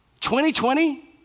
2020